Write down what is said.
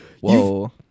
Whoa